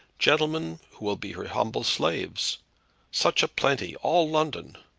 gentlemen who will be her humble slaves such a plenty all london.